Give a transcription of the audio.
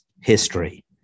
history